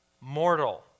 mortal